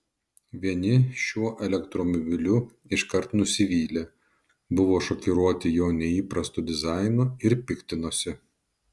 vieni šiuo elektromobiliu iškart nusivylė buvo šokiruoti jo neįprastu dizainu ir piktinosi